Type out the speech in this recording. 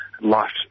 Life